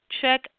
Check